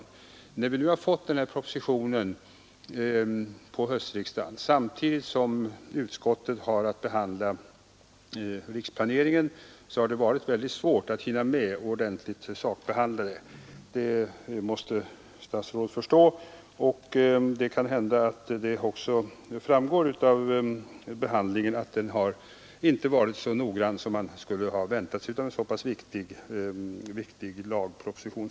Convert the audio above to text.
När utskottet emellertid nu har fått denna proposition under höstriksdagen, samtidigt som utskottet haft att behandla riksplaneringen, har det varit mycket svårt att hinna sakbehandla ärendet — det måste statsrådet förstå. Kanhända framgår det också att behandlingen inte har varit så noggrann som man borde ha kunnat vänta sig när det gäller en så viktig lagproposition.